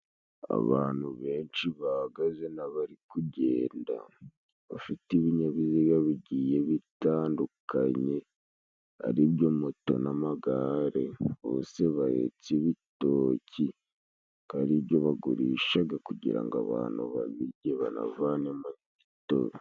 Abantu benshi bahagaze n'abari kugenda, bafite ibinyabiziga bigiye bitandukanye ari byo moto n'amagare, bose bahetse ibitoki akaba ari byo bagurishaga kugira ngo abantu babijye banavanemo n'imitobe.